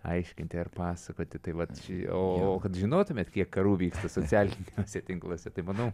aiškinti ar pasakoti tai vat čia o kad žinotumėt kiek karų vyksta socialiniuose tinkluose tai manau